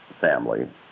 family